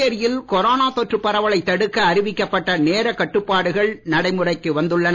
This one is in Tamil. புதுச்சேரியில் கொரோனா தொற்றுப் பரவலைத் தடுக்க அறிவிக்கப்பட்ட நேரக் கட்டுப்பாடுகள் நடைமுறைக்கு வந்துள்ளன